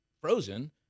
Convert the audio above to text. frozen